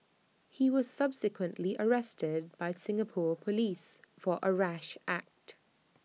he was subsequently arrested by Singapore Police for A rash act